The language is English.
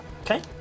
Okay